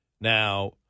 Now